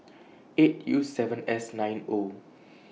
eight U seven S nine O